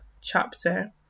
chapter